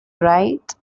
right